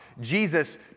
Jesus